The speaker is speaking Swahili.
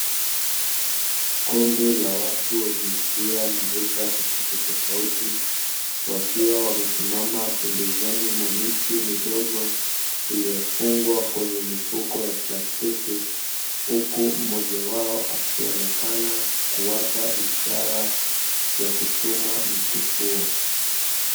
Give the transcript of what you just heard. Kundi la watu la jinsia na rika tofauti tofauti wakiwa wamesimama pembezoni ma miti midogo iliofungwa kwenye mifuko ya plastiki, huku mmoja wao akionekana kuwapa ishara ya kuchuma mti huo.